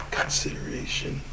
consideration